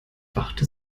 wachte